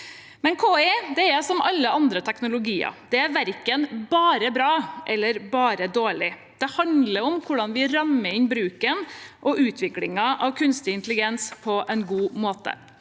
KI er som alle andre teknologier – det er verken bare bra eller bare dårlig. Det handler om hvordan vi rammer inn bruken og utviklingen av kunstig intelligens på en god måte.